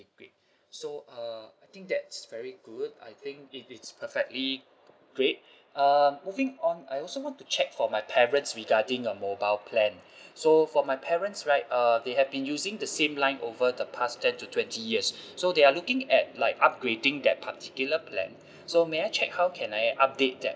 okay great so uh I think that's very good I think it is perfectly great uh moving on I also want to check for my parents regarding a mobile plan so for my parents right uh they have been using the same line over the past ten to twenty years so they are looking at like upgrading that particular plan so may I check how can I update that